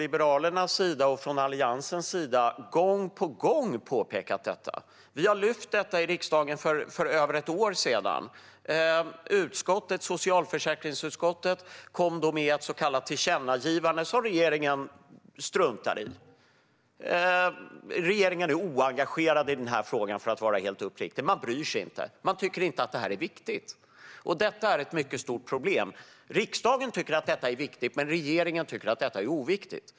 Liberalerna och Alliansen har gång på gång påpekat detta. Vi lyfte fram det i riksdagen för över ett år sedan. Socialförsäkringsutskottet gjorde då ett så kallat tillkännagivande, som regeringen struntade i. För att vara helt uppriktig är regeringen oengagerad i frågan. Den bryr sig inte och tycker inte att detta är viktigt. Det här är ett mycket stort problem. Riksdagen tycker att det här är viktigt, men regeringen tycker att det är oviktigt.